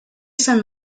sant